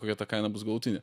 kokia ta kaina bus galutinė